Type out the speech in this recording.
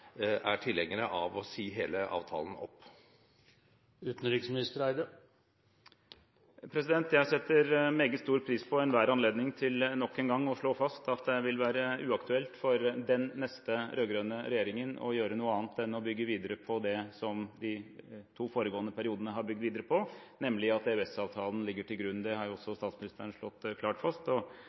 er tilhengere av å si hele avtalen opp? Jeg setter meget stor pris på enhver anledning til nok en gang å slå fast at det vil være uaktuelt for den neste rød-grønne regjeringen å gjøre noe annet enn å bygge videre på det som vi de to foregående periodene har bygd på, nemlig at EØS-avtalen ligger til grunn. Det har også statsministeren slått klart fast,